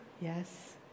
Yes